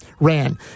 ran